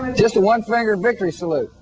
just a one-fingered victory salute.